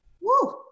Woo